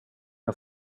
jag